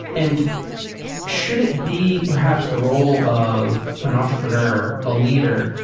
and should it be perhaps the role of an entrepreneur, a leader,